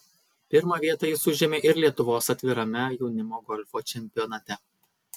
pirmą vietą jis užėmė ir lietuvos atvirame jaunimo golfo čempionate